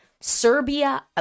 Serbia